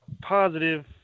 positive